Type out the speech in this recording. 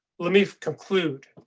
let me conclude.